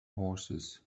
horses